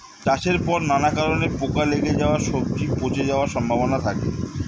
চাষের পর নানা কারণে পোকা লেগে সবজি পচে যাওয়ার সম্ভাবনা থাকে